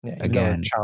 again